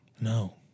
No